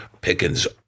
Pickens